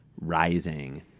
rising